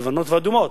לבנות ואדומות,